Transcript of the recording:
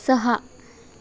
सहा